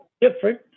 different